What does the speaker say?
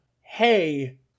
hey